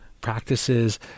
practices